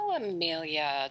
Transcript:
Amelia